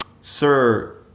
Sir